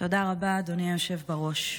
תודה רבה, אדוני היושב-ראש.